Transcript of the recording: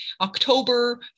October